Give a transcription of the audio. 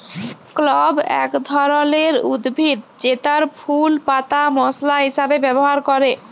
clove এক ধরলের উদ্ভিদ জেতার ফুল পাতা মশলা হিসাবে ব্যবহার ক্যরে